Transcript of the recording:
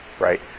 right